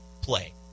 play